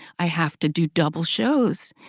i have to do double shows.